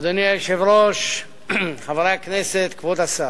אדוני היושב-ראש, חברי הכנסת, כבוד השר,